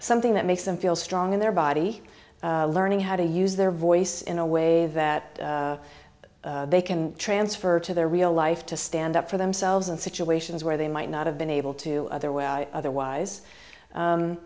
something that makes them feel strong in their body learning how to use their voice in a way that they can transfer to their real life to stand up for themselves in situations where they might not have been able to other way otherwise